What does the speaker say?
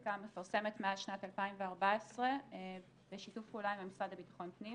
לסטטיסטיקה מפרסמת מאז שנת 2014 בשיתוף פעולה עם המשרד לביטחון פנים,